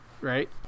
right